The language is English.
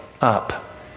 up